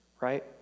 right